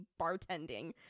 bartending